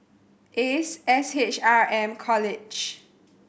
Ace S H R M College